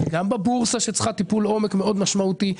גם בבורסה שצריכה טיפל עומק מאוד משמעותי.